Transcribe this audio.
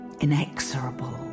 inexorable